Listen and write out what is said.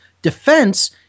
Defense